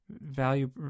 value